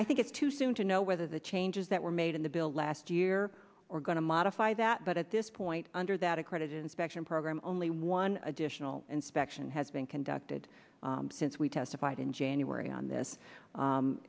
i think it's too soon to know whether the changes that were made in the bill last year or going to modify that but at this point under that a credit inspection program only one additional inspection has been conducted since we testified in january on this